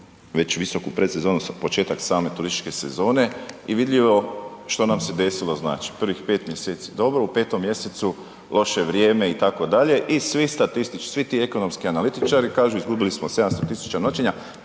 već visoku predsezonu, početak same turističke sezone i vidljivo što nam se desilo, znači prvih 5 mj. dobro, u 5. mj. loše vrijeme itd., i svi ti ekonomski analitičari kažu izgubili smo 700 000 noćenja,